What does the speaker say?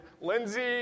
Lindsay